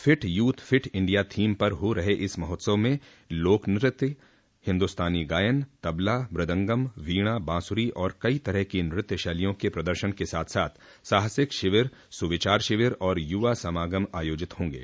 fit youth fit India theme पर हो रहे इस महोत्सव में लोकनृत्य हिन्दुस्तानी गायन तबला मृदंगम वीणा बासुरी और कई तरह की नृत्य शैलियों के प्रदर्शन के साथ साथ साहसिक शिविर सुविचार शिविर और युवा समागम आयोजित होंगे